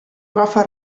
agafa